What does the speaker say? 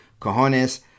cojones